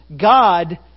God